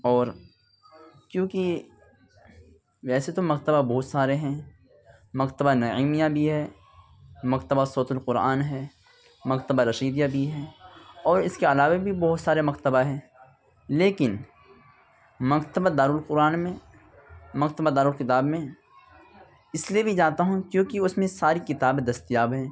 اور کیونکہ ویسے تو مکتبہ بہت سارے ہیں مکتبہ نعیمیہ بھی ہے مکتبہ صوت القرآن ہے مکتبہ رشیدیہ بھی ہے اور اس کے علاوہ بھی بہت سارے مکتبہ ہیں لیکن مکتبہ دار القرآن میں مکتبہ دار الکتاب میں اس لیے بھی جاتا ہوں کیونکہ اس میں ساری کتابیں دستیاب ہیں